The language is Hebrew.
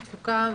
תחזוקה,